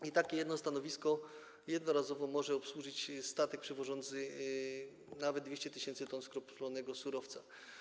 Jedno takie stanowisko jednorazowo może obsłużyć statek przewożący nawet 200 tys. t skroplonego surowca.